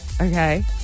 Okay